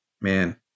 Man